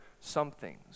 somethings